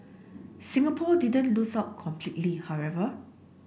Singapore didn't lose out completely however